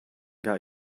got